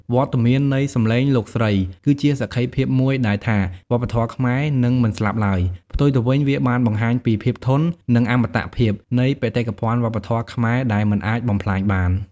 វត្តមាននៃសំឡេងលោកស្រីគឺជាសក្ខីភាពមួយដែលថា វប្បធម៌ខ្មែរនឹងមិនស្លាប់ឡើយ ផ្ទុយទៅវិញ វាបានបង្ហាញពី ភាពធន់ និង អមតភាព នៃបេតិកភណ្ឌសិល្បៈខ្មែរដែលមិនអាចបំផ្លាញបាន។